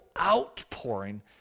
outpouring